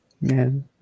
Man